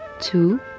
Two